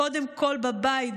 קודם כול בבית,